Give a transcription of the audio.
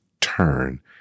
turn